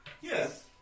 Yes